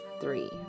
three